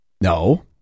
No